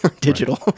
digital